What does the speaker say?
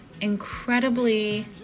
incredibly